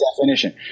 definition